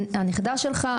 הנכדה שלך,